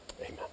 Amen